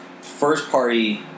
first-party